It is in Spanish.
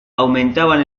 aumentaban